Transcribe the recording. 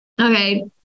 Okay